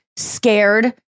Scared